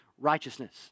righteousness